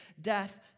death